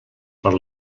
per